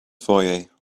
foyer